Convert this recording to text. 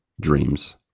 dreams